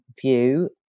view